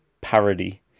parody